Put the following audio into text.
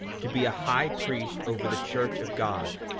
to be a high priest over the church of god,